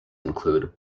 include